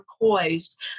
poised